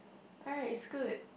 right is good